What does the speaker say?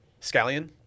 Scallion